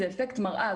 זה אפקט מראה,